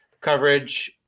coverage